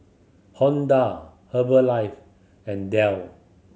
Honda Herbalife and Dell